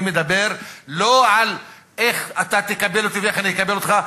אני מדבר לא על איך אתה תקבל אותי ואיך אני אקבל אותך,